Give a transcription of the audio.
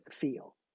feel